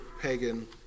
pagan